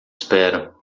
espero